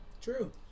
True